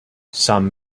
some